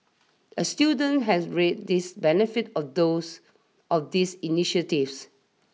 a student has reaped this benefits of those of these initiatives